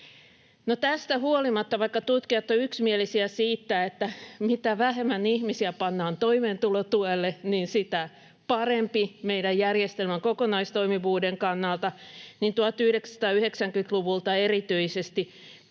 Tästä huolimatta, vaikka tutkijat ovat yksimielisiä siitä, että mitä vähemmän ihmisiä pannaan toimeentulotuelle, sitä parempi meidän järjestelmämme kokonaistoimivuuden kannalta, 1990-luvulta erityisesti